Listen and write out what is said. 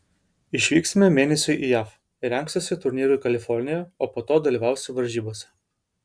išvyksime mėnesiui į jav rengsiuosi turnyrui kalifornijoje o po to dalyvausiu varžybose